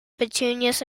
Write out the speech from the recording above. petunias